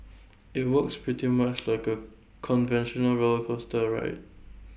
IT works pretty much like A conventional roller coaster ride